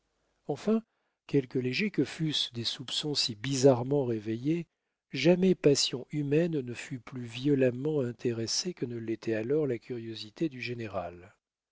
enfin quelque légers que fussent des soupçons si bizarrement réveillés jamais passion humaine ne fut plus violemment intéressée que ne l'était alors la curiosité du général